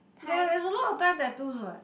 there there's a lot of thigh tattoos [what]